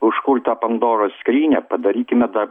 užkurt tą pandoros skrynią padarykime dar